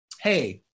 hey